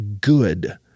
good